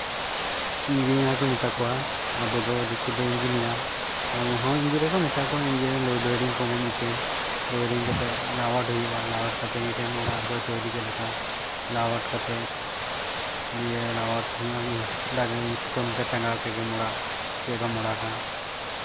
engineer ᱠᱚ ᱢᱮᱛᱟ ᱠᱚᱣᱟ ᱟᱵᱚ ᱫᱚ ᱫᱤᱠᱩ ᱫᱚ ᱤᱧᱡᱤᱱᱤᱭᱟᱨ ᱟᱵᱚ ᱦᱚᱸ ᱤᱧᱡᱤᱱᱤᱭᱟᱨ ᱠᱚ ᱢᱮᱛᱟ ᱠᱚᱣᱟ ᱤᱧᱡᱤᱱᱤᱭᱟᱨ ᱞᱳᱰ ᱚᱭᱨᱤᱝ ᱠᱚ ᱢᱤᱫᱴᱮᱱ ᱰᱚᱭᱨᱤᱝ ᱠᱟᱛᱮᱫ ᱞᱟᱣᱟᱰ ᱦᱩᱭᱩᱜᱼᱟ ᱞᱟᱣᱟᱰ ᱠᱟᱛᱮᱫ ᱢᱤᱫᱴᱮᱱ ᱚᱲᱟᱜ ᱫᱚ ᱵᱮᱱᱟᱣ ᱜᱮ ᱞᱟᱜᱟᱼᱟ ᱞᱟᱣᱟᱰ ᱠᱟᱛᱮᱫ ᱫᱤᱭᱮ ᱞᱟᱣᱟᱰ ᱦᱩᱭᱩᱜᱼᱟ ᱫᱟᱜ ᱟᱹᱧ ᱥᱩᱛᱟᱹᱢ ᱛᱮ ᱴᱟᱸᱜᱟᱣ ᱠᱮᱫ ᱜᱮ ᱚᱲᱟᱜ ᱪᱮᱫ ᱞᱮᱠᱟᱢ ᱚᱲᱟᱜᱟ